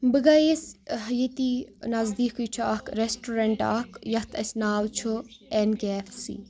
بہٕ گٔیَس ییٚتی نٔزدیٖکٕھے چھُ اَکھ ریسٹورَنٹ اَکھ یَتھ اَسہِ ناو چھُ اٮ۪ن کے اٮ۪ف سی